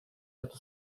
hartu